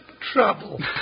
trouble